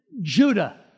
Judah